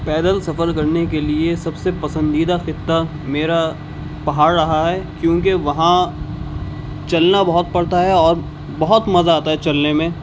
پیدل سفر کرنے کے لیے سب سے پسندیدہ خطہ میرا پہاڑ رہا ہے کیونکہ وہاں چلنا بہت پڑتا ہے اور بہت مزہ آتا ہے چلنے میں